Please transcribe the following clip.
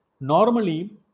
normally